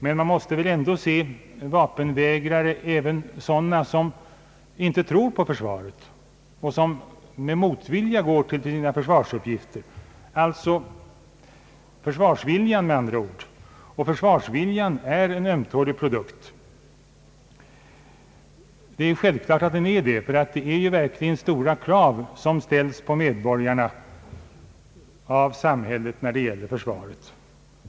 Men man måste väl även räkna med sådana som inte tror på försvaret och som med motvilja går till sina försvarsuppgifter. Försvarsviljan med andra ord och den är en ömtålig produkt — det är verkligen stora krav som ställs på medborgarna av samhället när det gäller försvaret.